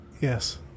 Yes